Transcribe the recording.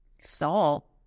Salt